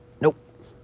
Nope